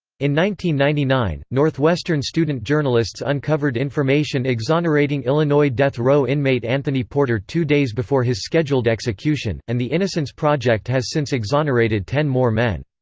ninety ninety nine, northwestern student journalists uncovered information exonerating illinois death row inmate anthony porter two days before his scheduled execution, and the innocence project has since exonerated ten more men.